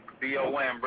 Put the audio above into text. B-O-M